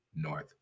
North